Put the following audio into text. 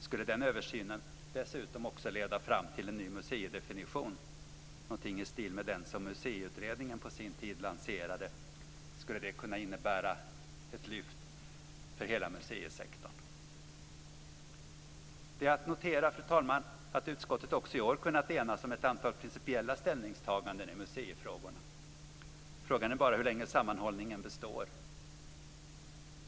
Skulle den översynen dessutom leda fram till en ny museidefinition, i stil med den som Museiutredningen på sin tid lanserade, skulle det kunna innebära ett lyft för hela museisektorn. Jag noterar, fru talman, att utskottet också i år kunnat enas om ett antal principiella ställningstaganden i museifrågorna. Frågan är bara hur länge sammanhållningen består.